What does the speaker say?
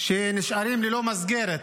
שנשארים ללא מסגרת,